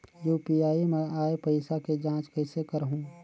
UPI मा आय पइसा के जांच कइसे करहूं?